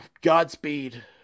godspeed